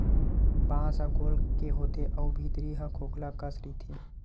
बांस ह गोल के होथे अउ भीतरी ह खोखला कस रहिथे